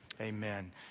Amen